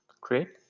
Great